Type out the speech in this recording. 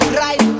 right